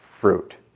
fruit